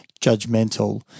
judgmental